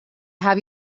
have